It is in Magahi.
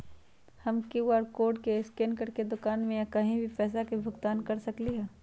हम कियु.आर कोड स्कैन करके दुकान में या कहीं भी पैसा के भुगतान कर सकली ह?